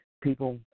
People